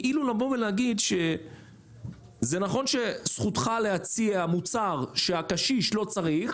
כאילו לבוא ולהגיד שנכון שזכותך להציע מוצר שהקשיש לא צריך,